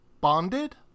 Bonded